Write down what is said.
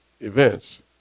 events